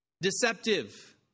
Deceptive